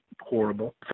Horrible